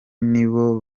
nibo